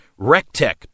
Rectech